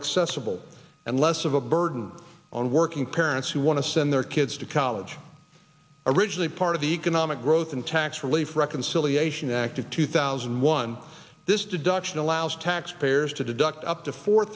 accessible and less of a burden on working parents who want to send their kids to college originally part of the economic growth and tax relief reconciliation act of two thousand and one this deduction allows taxpayers to deduct up to four